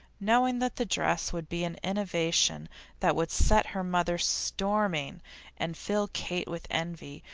knowing that the dress would be an innovation that would set her mother storming and fill kate with envy,